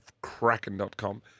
kraken.com